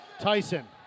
Tyson